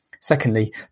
Secondly